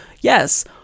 yes